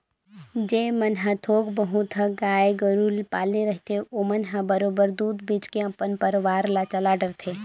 जेन मन ह थोक बहुत ह गाय गोरु पाले रहिथे ओमन ह बरोबर दूद बेंच के अपन परवार ल चला डरथे